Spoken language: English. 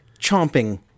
chomping